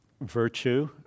virtue